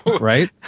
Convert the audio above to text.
Right